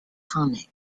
tonic